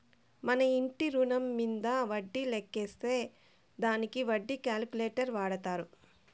మన ఇంటి రుణం మీంద వడ్డీ లెక్కేసే దానికి వడ్డీ క్యాలిక్యులేటర్ వాడతారు